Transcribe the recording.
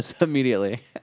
immediately